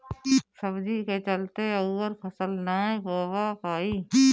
सब्जी के चलते अउर फसल नाइ बोवा पाई